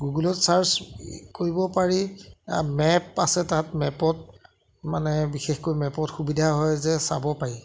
গুগলত ছাৰ্চ কৰিব পাৰি মেপ আছে তাত মেপত মানে বিশেষকৈ মেপত সুবিধা হয় যে চাব পাৰি